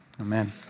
Amen